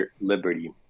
liberty